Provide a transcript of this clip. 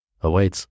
awaits